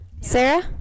sarah